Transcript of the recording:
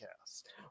Cast